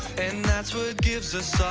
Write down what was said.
and that's what gives us